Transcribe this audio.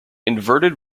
inverted